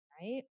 Right